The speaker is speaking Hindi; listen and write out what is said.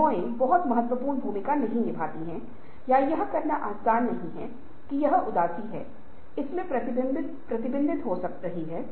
यदि परिवर्तन परिणाम हम लागू करते हैं तो परिवर्तन परिणाम वांछनीय है क्योंकि यह गैर वांछनीय से वांछनीय स्थिति में बढ़ रहा है